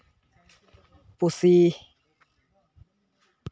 ᱯᱩᱥᱤ